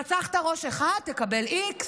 רצחת ראש אחד, תקבל x,